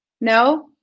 no